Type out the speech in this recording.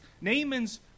Naaman's